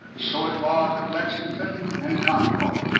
so it was at lexington and concord.